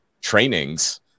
trainings